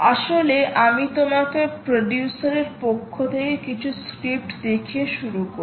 আসো আমি তোমাকে প্রডিউসার এর পক্ষ থেকে কিছু স্ক্রিপ্ট দেখিয়ে শুরু করি